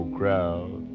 crowd